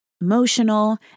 emotional